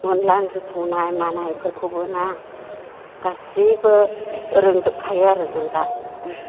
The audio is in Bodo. अनला ओंख्रि संनाय मानायफोरखौबोना गासैबो रोंजोबखायो आरो जों दा